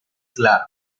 clark